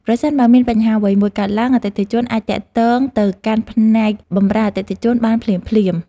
ប្រសិនបើមានបញ្ហាអ្វីមួយកើតឡើងអតិថិជនអាចទាក់ទងទៅកាន់ផ្នែកបម្រើអតិថិជនបានភ្លាមៗ។